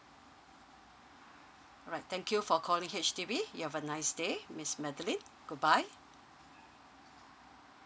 alright thank you for calling H_D_B you have a nice day miss madeline goodbye